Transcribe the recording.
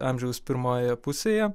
amžiaus pirmojoje pusėje